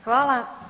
Hvala.